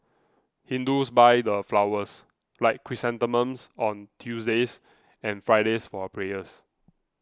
hindus buy the flowers like chrysanthemums on Tuesdays and Fridays for prayers